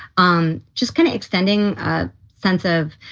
um just kind of extending a sense of,